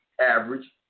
average